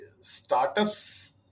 startups